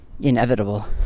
inevitable